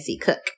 cook